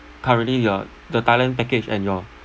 currently your the thailand package and your